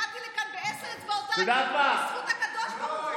הגעתי לכאן בעשר אצבעותיי ובזכות הקדוש ברוך הוא.